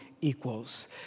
equals